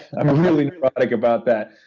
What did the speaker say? i'm really like about that.